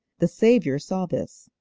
the saviour saw this,